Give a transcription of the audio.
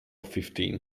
fifteen